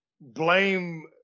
blame